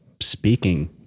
speaking